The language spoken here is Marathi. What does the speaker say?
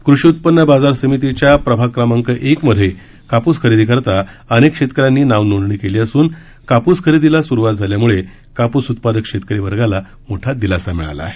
कृषी उत् न्न बाजार समितीच्या प्रभाग क्रमांक एक मध्ये काप्रस खरेदी करता अनेक शेतकऱ्यांनी नाव नोंदणी केली असून काप्रस खरेदीला सुरुवात झाल्यामुळे कापूस उत्पादक शेतकरी वर्गाला मोठा दिलासा मिळाला आहे